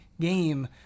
game